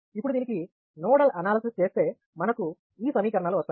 ఇప్పుడు దీనికి nodal analysis చేస్తే మనకు ఈ సమీకరణాలు వస్తాయి